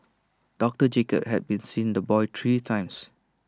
doctor Jacob had seen the boy three times